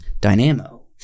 Dynamo